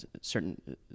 certain